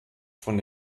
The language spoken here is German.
von